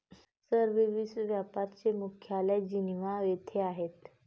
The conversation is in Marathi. सर, विश्व व्यापार चे मुख्यालय जिनिव्हा येथे आहे